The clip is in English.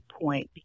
point